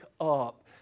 up